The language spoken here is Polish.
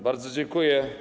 Bardzo dziękuję.